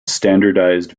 standardized